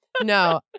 No